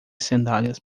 sandálias